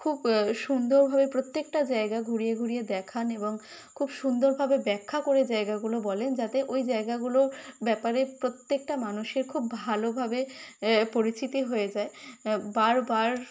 খুব সুন্দরভাবে প্রত্যেকটা জায়গা ঘুরিয়ে ঘুরিয়ে দেখান এবং খুব সুন্দরভাবে ব্যাখ্যা করে জায়গাগুলো বলেন যাতে ওই জায়গাগুলোর ব্যাপারে প্রত্যেকটা মানুষের খুব ভালোভাবে পরিচিতি হয়ে যায় বারবার